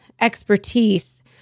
expertise